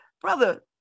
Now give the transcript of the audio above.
Brother